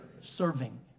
Serving